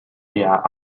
their